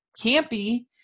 campy